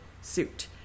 suit